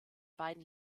beiden